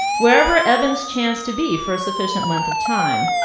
wherever evans chanced to be for a sufficient length of time.